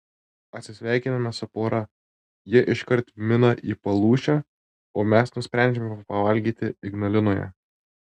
atsisveikiname su pora jie iškart mina į palūšę o mes nusprendžiame pavalgyti ignalinoje